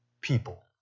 people